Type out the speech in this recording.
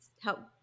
help